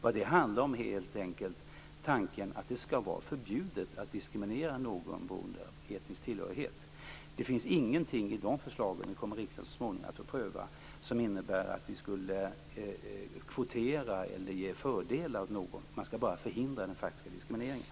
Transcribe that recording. Vad det handlar om är helt enkelt tanken att det skall vara förbjudet att diskriminera någon beroende på etnisk tillhörighet. Det finns ingenting i förslagen, som riksdagen så småningom kommer att få pröva, som innebär att vi skulle kvotera eller ge fördelar åt någon. Vi skall bara förhindra den faktiska diskrimineringen.